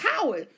power